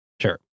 Sure